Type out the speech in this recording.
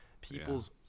people's